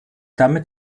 damit